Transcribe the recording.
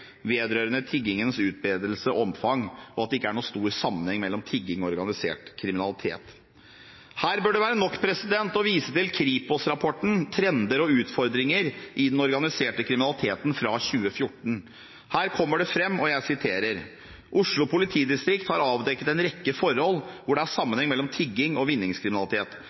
vedrørende tiggingens utbredelse og omfang, og at det ikke er noen stor sammenheng mellom tigging og organisert kriminalitet. Her bør det være nok å vise til Kripos-rapporten Den organiserte kriminaliteten i Norge – Trender og utfordringer 2013–2014. Her kommer følgende fram: «Oslo politidistrikt har avdekket en rekke forhold hvor det er sammenheng mellom tigging og vinningskriminalitet.